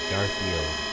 Garfield